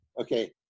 okay